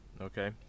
Okay